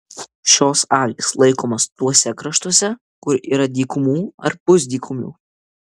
šios avys laikomos tuose kraštuose kur yra dykumų ar pusdykumių